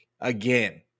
again